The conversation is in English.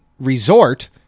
resort